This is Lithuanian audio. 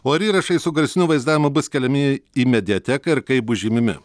o ar įrašai su garsiniu vaizdavimu bus keliami į mediateką ir kaip bus žymimi